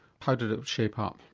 how did it shape up?